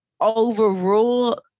overrule